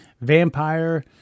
vampire